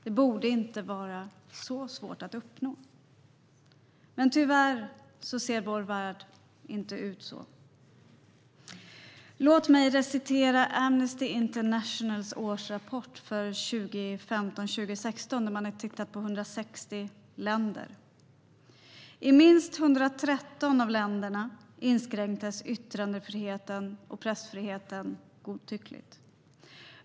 Det borde inte vara så svårt att uppnå. Men tyvärr ser vår värld inte ut så. Låt mig recitera Amnesty Internationals årsrapport för 2015-2016, där man har tittat på 160 länder. "*I minst 113 av länderna inskränktes yttrandefriheten och pressfriheten godtyckligt.